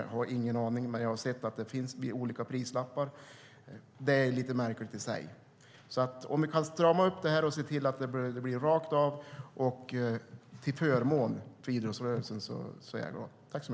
Jag har ingen aning om det. Men jag har sett att det finns olika prislappar. Det är i sig lite märkligt. Om vi kan strama upp detta och se till att det blir rakt av och till förmån för idrottsrörelsen är jag glad.